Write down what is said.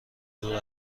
دور